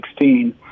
2016